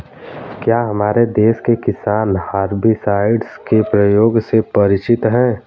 क्या हमारे देश के किसान हर्बिसाइड्स के प्रयोग से परिचित हैं?